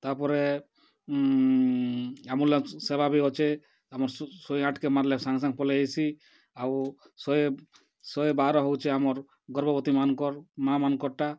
ତା'ପରେ ଆମ୍ବୁଲାନ୍ସ ସେବା ବି ଅଛେ ଆମର୍ ଶହେ ଆଠ୍ କେ ମାର୍ଲେ ସାଙ୍ଗେ ସାଙ୍ଗ୍ ପଲେଇ ଆଏସି ଆଉ ଶହେ ଶହେ ବାର୍ ହେଉଛେ ଆମର୍ ଗର୍ଭବତୀ ମାନ୍ଙ୍କର୍ ମାଆ ମାନ୍ଙ୍କର୍ ଟା